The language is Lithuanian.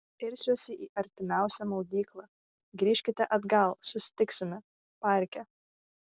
irsiuosi į artimiausią maudyklą grįžkite atgal susitiksime parke